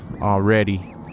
already